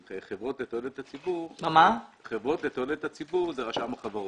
חברות לתועלת הציבור ברשם החברות.